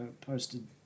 posted